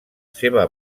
seva